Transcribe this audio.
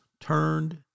Turned